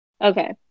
Okay